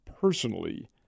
personally